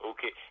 Okay